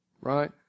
right